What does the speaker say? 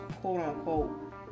quote-unquote